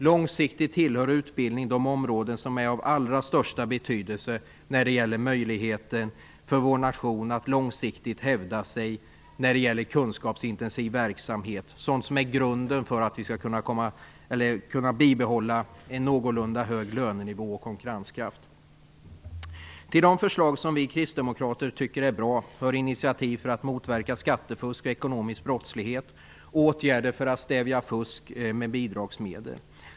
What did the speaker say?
Långsiktigt tillhör utbildning de områden som är av allra största betydelse när det gäller möjligheten för vår nation att långsiktigt hävda sig när det gäller kunskapsintensiv verksamhet, sådant som är grunden för att vi skall kunna bibehålla en någorlunda hög lönenivå och konkurrenskraft. Till de förslag som vi kristdemokrater tycker är bra hör initiativ för att motverka skattefusk och ekonomisk brottslighet och åtgärder för att stävja fusk med bidragsmedel.